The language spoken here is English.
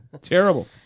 Terrible